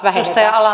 arvoisa puhemies